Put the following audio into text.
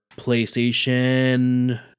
PlayStation